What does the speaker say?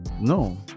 no